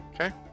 Okay